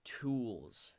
tools